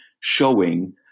showing